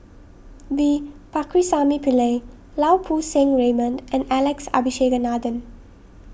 V Pakirisamy Pillai Lau Poo Seng Raymond and Alex Abisheganaden